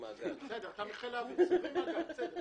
כמשרד יכול